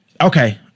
okay